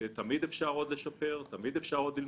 תמיד אפשר עוד לשפר, תמיד אפשר עוד ללמוד.